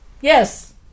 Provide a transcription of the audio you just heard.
Yes